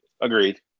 agreed